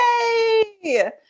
Yay